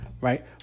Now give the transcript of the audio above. right